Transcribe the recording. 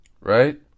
Right